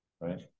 right